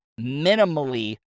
minimally